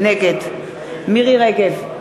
נגד מירי רגב,